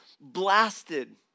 blasted